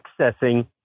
accessing